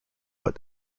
but